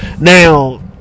Now